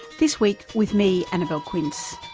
this week with me, annabelle quince.